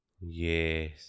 Yes